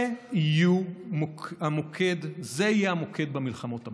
זה יהיה המוקד במלחמות הבאות.